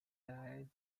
died